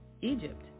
Egypt